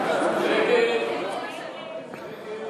ההצעה להסיר מסדר-היום את